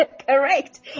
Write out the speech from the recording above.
Correct